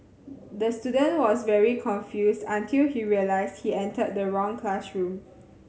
the student was very confused until he realised he entered the wrong classroom